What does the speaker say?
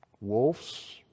wolves